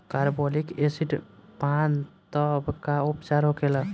Carbolic acid पान तब का उपचार होखेला?